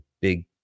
big